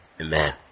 Amen